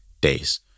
days